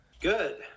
Good